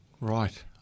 Right